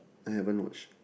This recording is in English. I haven't watch